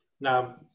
Now